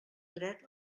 dret